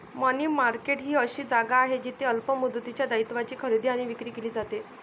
मनी market ही अशी जागा आहे जिथे अल्प मुदतीच्या दायित्वांची खरेदी आणि विक्री केली जाते